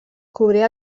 cobria